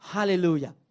Hallelujah